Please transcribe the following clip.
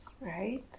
Right